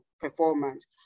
performance